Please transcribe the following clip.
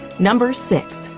number six.